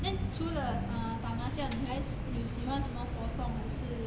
then 除了 ah 打麻将你还有喜欢什么活动还是